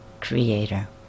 Creator